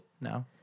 no